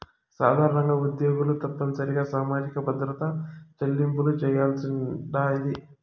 సాధారణంగా ఉద్యోగులు తప్పనిసరిగా సామాజిక భద్రత చెల్లింపులు చేయాల్సుండాది